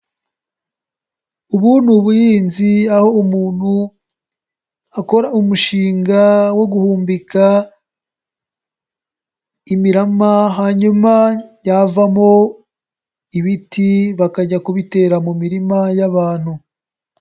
Ubu ni ubuhinzi aho umuntu akora umushinga wo guhumbika imirama, hanyuma yavamo ibiti bakajya kubitera mu mirima y'abantu.